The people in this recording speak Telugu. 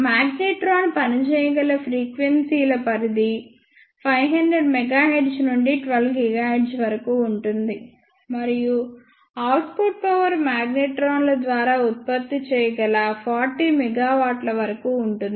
మాగ్నెట్రాన్ పని చేయగల ఫ్రీక్వెన్సీ ల పరిధి 500 MHz నుండి 12 GHz వరకు ఉంటుంది మరియు అవుట్పుట్ పవర్ మాగ్నెట్రాన్ల ద్వారా ఉత్పత్తి చేయగల 40 మెగావాట్ల వరకు ఉంటుంది